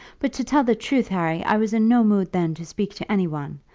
but to tell the truth, harry, i was in no mood then to speak to any one.